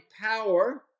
power